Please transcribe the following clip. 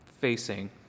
facing